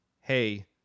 Hey